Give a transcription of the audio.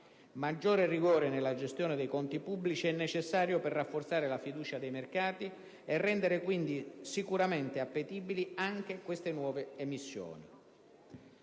maggior rigore nella gestione dei conti pubblici per rafforzare la fiducia dei mercati e rendere quindi sicuramente appetibili anche queste nuove emissioni.